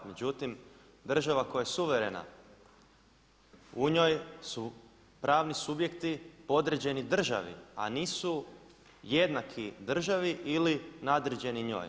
Međutim, država koja je suverena u njoj su pravni subjekti podređeni državi, a nisu jednaki državi ili nadređeni njoj.